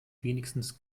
wenigstens